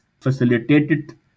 facilitated